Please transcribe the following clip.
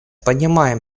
понимаем